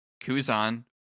Kuzan